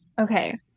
okay